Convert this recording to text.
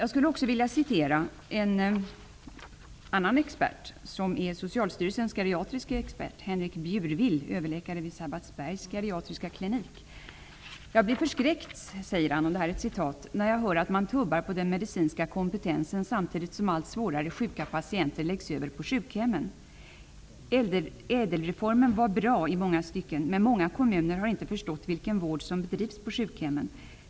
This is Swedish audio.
Jag vill också nämna Socialstyrelsens geriatriske expert Henrik Bjurwill, överläkare vid Sabbatsbergs geriatriska klinik. Han hävdar att han blir förskräckt när han hör att man tubbar på den medicinska kompetensen, samtidigt som svårt sjuka patienter läggs över på sjukhem. ÄDEL reformen var bra i många stycken, men många kommuner har inte förstått vilken vård som bedrivs på sjukhemmen.